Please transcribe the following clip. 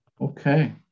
Okay